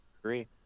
agree